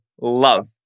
love